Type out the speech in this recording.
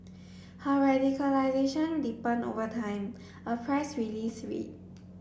her radicalisation deepened over time a press release read